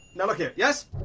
now look here! yes,